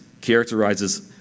characterizes